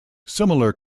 similar